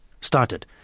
started